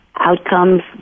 outcomes